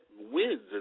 wins